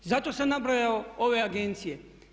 Zato sam nabrojao ove agencije.